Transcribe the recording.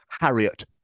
Harriet